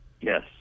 Yes